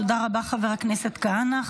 תודה רבה, חבר הכנסת כהנא.